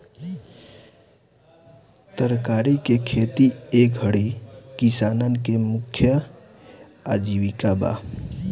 तरकारी के खेती ए घरी किसानन के मुख्य आजीविका बा